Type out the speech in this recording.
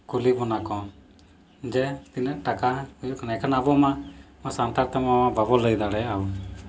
ᱠᱩᱞᱤ ᱵᱚᱱᱟ ᱠᱚ ᱡᱮ ᱛᱤᱱᱟᱹᱜ ᱴᱟᱠᱟ ᱦᱩᱭᱩᱜ ᱠᱟᱱᱟ ᱮᱱᱠᱷᱟᱱ ᱟᱵᱚᱢᱟ ᱥᱟᱱᱛᱟᱲ ᱛᱮᱢᱟ ᱵᱟᱵᱚᱱ ᱞᱟᱹᱭ ᱫᱟᱲᱮᱭᱟᱜᱼᱟ